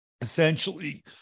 essentially